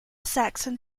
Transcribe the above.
saxon